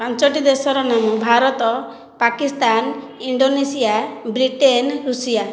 ପାଞ୍ଚୋଟି ଦେଶର ନାଁ Bharat Pakistan Indonesia Britain Russia